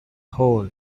hole